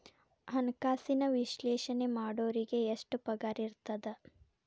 ಹಣ್ಕಾಸಿನ ವಿಶ್ಲೇಷಣೆ ಮಾಡೋರಿಗೆ ಎಷ್ಟ್ ಪಗಾರಿರ್ತದ?